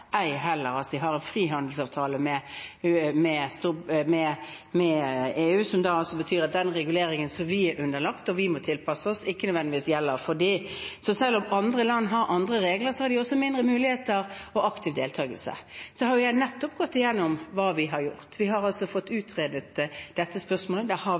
ei heller har de en frihandelsavtale med EU, som betyr at den reguleringen som vi er underlagt og må tilpasse oss, ikke nødvendigvis gjelder for dem. Så selv om andre land har andre regler, har de også mindre muligheter for aktiv deltagelse. Jeg har nettopp gått igjennom hva vi har gjort. Vi har fått utredet dette spørsmålet. Det har